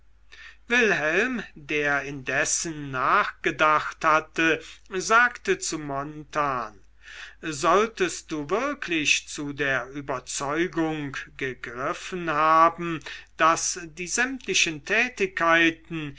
wilhelm der indessen nachgedacht hatte sagte zu montan solltest du wirklich zu der überzeugung gegriffen haben daß die sämtlichen tätigkeiten